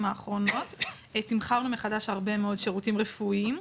האחרונות תמחרנו מחדש הרבה מאוד שירותים רפואיים.